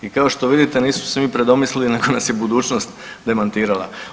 I kao što vidite nismo se mi predomislili nego nas je budućnost demantirala.